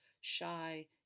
shy